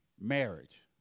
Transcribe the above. Marriage